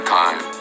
time